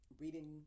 reading